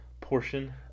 portion